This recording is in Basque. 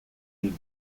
ginen